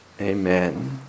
amen